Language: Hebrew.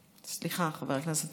סליחה, חבר הכנסת